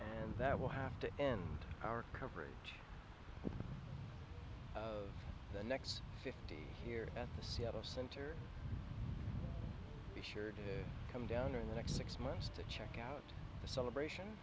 and that will have to end our coverage the next fifty here at the seattle center be sure to come down here in the next six months to check out the celebration